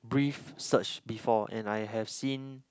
brief search before and I have seen